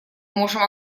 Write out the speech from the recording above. можем